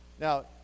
Now